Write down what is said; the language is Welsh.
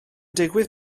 digwydd